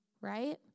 right